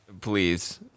Please